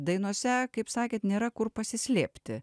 dainose kaip sakėt nėra kur pasislėpti